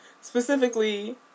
specifically